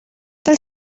del